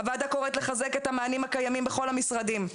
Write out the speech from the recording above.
הוועדה קוראת לחזק את המענים הקיימים בכל המשרדים.